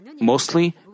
Mostly